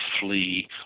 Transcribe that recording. flee